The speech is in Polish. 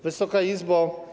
Wysoka Izbo!